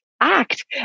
act